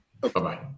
Bye-bye